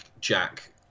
jack